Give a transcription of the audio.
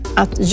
att